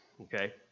okay